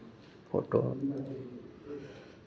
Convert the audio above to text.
photo